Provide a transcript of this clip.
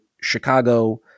Chicago